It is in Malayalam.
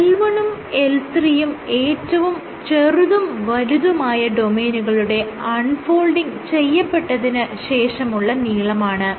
L1 ഉം L3 ഉം ഏറ്റവും ചെറുതും വലുതുമായ ഡൊമെയ്നുകളുടെ അൺ ഫോൾഡ് ചെയ്യപ്പെട്ടതിന് ശേഷമുള്ള നീളമാണ്